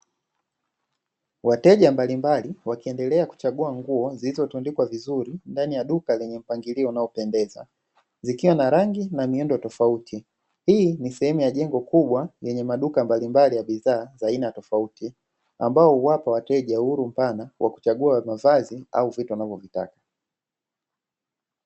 Wateja mbalimbali wakiendelea kuchagua nguo zilizotundikwa vizuri ndani ya duka lenye mpangilio unaopendeza, zikiwa na rangi na miundo tofauti. Hii ni sehemu ya jengo kubwa lenye maduka mbalimbali ya bidhaa za aina tofauti, ambao huwapa wateja uhuru mpana wa kuchagua mavazi au vitu wanavovitaka.